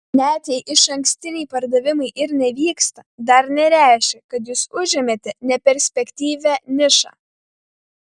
net jei išankstiniai pardavimai ir nevyksta dar nereiškia kad jūs užėmėte neperspektyvią nišą